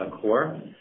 core